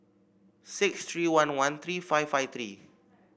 six three one one three five five three